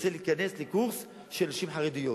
תרצה להיכנס לקורס של נשים חרדיות,